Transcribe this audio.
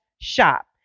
shop